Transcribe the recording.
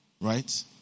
right